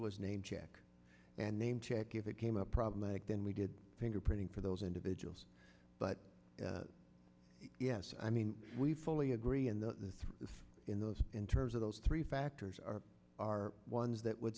was name check and name check if it came up problematic then we did fingerprinting for those individuals but yes i mean we fully agree in the in those in terms of those three factors are are ones that would